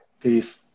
Peace